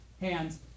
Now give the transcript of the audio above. hands